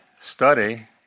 study